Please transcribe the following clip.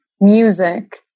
music